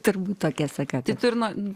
turbūt tokia seka čia tai tu ir nuo